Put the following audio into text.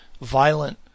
violent